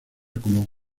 como